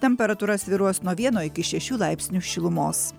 temperatūra svyruos nuo vieno iki šešių laipsnių šilumos